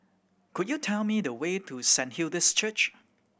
could you tell me the way to Saint Hilda's Church